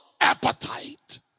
Appetite